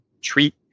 treat